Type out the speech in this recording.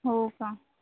हो का